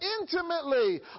intimately